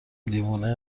دیوونه